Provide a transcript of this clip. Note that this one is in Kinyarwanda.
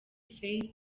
face